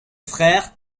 frère